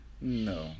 No